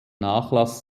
nachlass